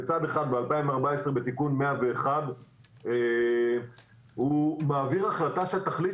מצד אחד ב-2014 בתיקון 101 הוא מעביר לך החלטה שהתכלית